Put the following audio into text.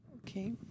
Okay